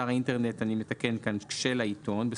לא יעשה אדם פרסומת מותרת בעיתון מודפס לפי סעיף 3(ב)(1) אלא